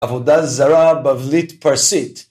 עבודה זרה, בבלית-פרסית.